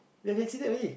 you've exceeded already